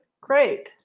Great